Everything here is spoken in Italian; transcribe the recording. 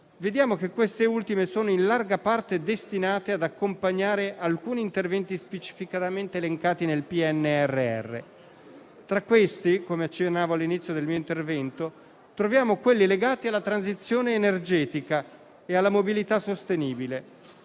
vediamo che queste ultime sono in larga parte destinate ad accompagnare alcuni interventi specificamente elencati nel PNRR. Tra questi, come accennavo all'inizio del mio intervento, troviamo quelli legati alla transizione energetica e alla mobilità sostenibile.